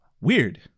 Weird